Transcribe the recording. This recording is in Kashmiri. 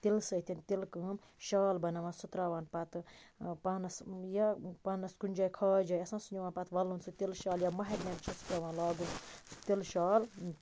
تِلہٕ سۭتۍ تِلہٕ کٲم شال بَناوان سُہ تراوان پَتہٕ پانَس یا پانَس کُنہِ جایہِ خاص جایہِ آسان سُہ نِوان پَتہٕ وَلُن سُہ تِلہٕ شال یا مَہَرنہِ چھُ سُہ پیٚوان لاگُن سُہ تِلہٕ شال